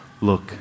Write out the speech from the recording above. look